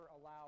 allow